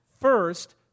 first